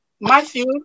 Matthew